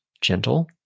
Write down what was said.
gentle